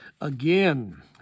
again